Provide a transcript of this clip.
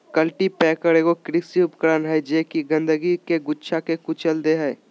cultipacker एगो कृषि उपकरण हइ जे कि गंदगी के गुच्छा के कुचल दे हइ